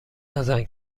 نزن